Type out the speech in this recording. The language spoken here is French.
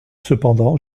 cependant